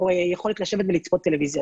או יכולת לשבת ולצפות טלוויזיה.